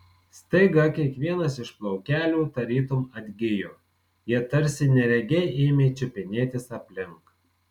staiga kiekvienas iš plaukelių tarytum atgijo jie tarsi neregiai ėmė čiupinėtis aplink